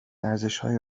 ارزشهای